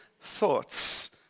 thoughts